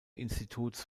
instituts